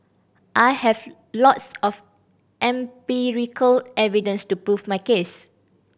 I have lots of empirical evidence to prove my case